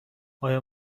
آیا